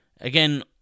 Again